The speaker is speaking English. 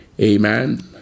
amen